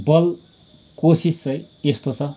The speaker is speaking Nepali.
बल कोसिस चाहिँ यस्तो छ